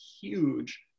huge